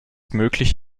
möglich